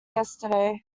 yesterday